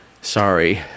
sorry